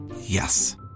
Yes